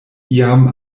iam